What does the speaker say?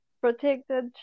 protected